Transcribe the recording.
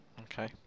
okay